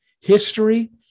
history